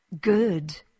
Good